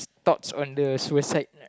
thoughts on the suicide